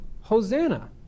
Hosanna